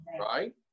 right